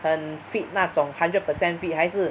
很 fit 那种 hundred percent fit 还是